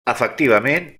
efectivament